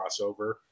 crossover